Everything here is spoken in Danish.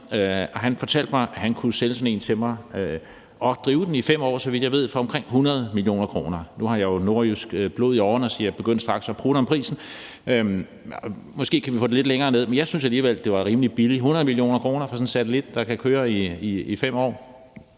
Han fortalte mig, at han kunne sælge sådan en til mig og drive den i 5 år, så vidt jeg ved, for omkring 100 mio. kr. Nu har jeg jo nordjysk blod i årerne, så jeg begyndte straks at prutte om prisen, for måske kunne vi få det lidt længere ned. Men jeg synes alligevel, at det var rimelig billigt med 100 mio. kr. for sådan en satellit, der kan køre i 5 år.